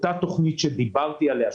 אותה תוכנית שדיברתי עליה,